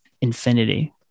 Infinity